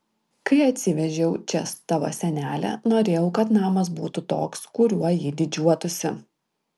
kai atsivežiau čia tavo senelę norėjau kad namas būtų toks kuriuo jį didžiuotųsi